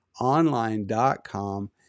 Online.com